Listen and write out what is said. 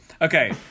Okay